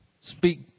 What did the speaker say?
speak